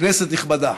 כנסת נכבדה,